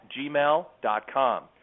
gmail.com